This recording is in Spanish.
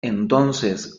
entonces